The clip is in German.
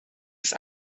ist